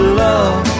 love